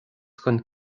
chun